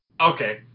Okay